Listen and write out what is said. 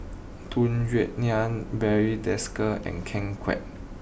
Tung Yue Nang Barry Desker and Ken Kwek